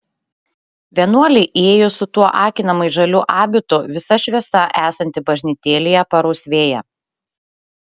vienuolei įėjus su tuo akinamai žaliu abitu visa šviesa esanti bažnytėlėje parausvėja